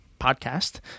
podcast